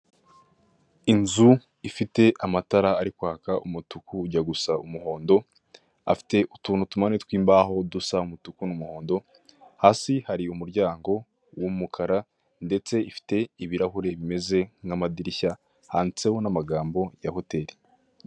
Inzu ifite amatara ari kwaka umutuku ujya gusa umuhondo afite utuntu ku mpande tw'imbaho dusa umutuku n'umuhondo, hasi hari umuryango w'umukara ndetse ifite ibirahure bimeze nk'amadirishya handitseho n'amagambo ya hoteri.